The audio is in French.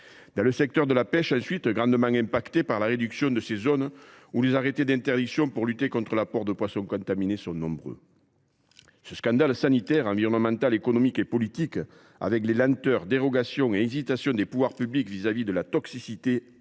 dans le secteur de la pêche, grandement impacté par la réduction de ses zones d’activité ou par les arrêtés d’interdiction visant à lutter contre l’apport de poisson contaminé. Ce scandale sanitaire, environnemental, économique et politique, avec les lenteurs, dérogations et hésitations des pouvoirs publics vis à vis de la toxicité